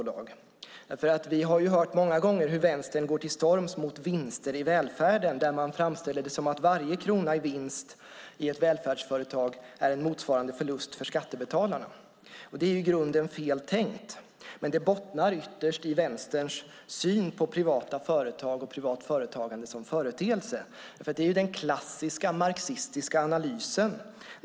Vi har många gånger hört hur Vänstern går till storms mot vinster i välfärden och framställer det som att varje krona i vinst i ett välfärdsföretag är en motsvarande förlust för skattebetalarna. Det är i grunden fel tänkt. Det bottnar ytterst i Vänsterns syn på privata företag och privat företagande som företeelse. Det är den klassiska marxistiska analysen.